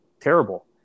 terrible